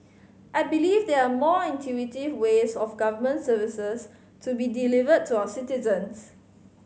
I believe there are more intuitive ways of government services to be delivered to our citizens